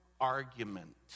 argument